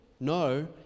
No